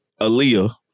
Aaliyah